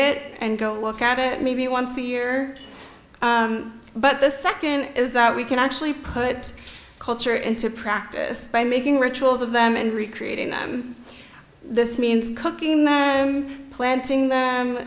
it and go look at it maybe once a year but the second is that we can actually put culture into practice by making rituals of them and recreating them this means cooking them planting